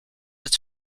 its